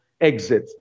exit